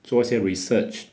做一些 research